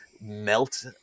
melt